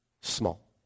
small